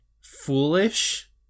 Foolish